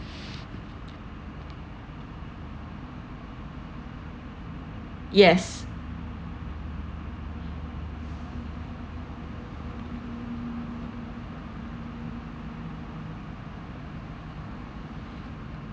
yes